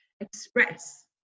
express